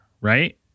right